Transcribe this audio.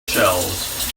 shelves